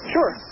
Sure